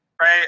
right